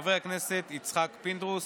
חבר הכנסת יצחק פינדרוס.